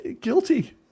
guilty